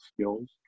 skills